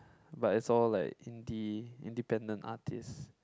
but it's all like indie independent artists